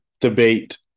debate